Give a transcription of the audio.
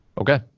okay